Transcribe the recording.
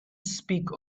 speak